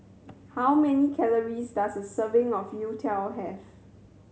how many calories does a serving of youtiao have